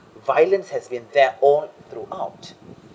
violence has been their own throughout